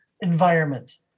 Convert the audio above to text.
environment